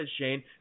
Shane